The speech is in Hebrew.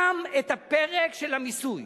גם הפרק של המיסוי,